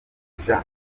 jean